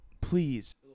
Please